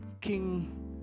king